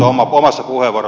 arvoisa puhemies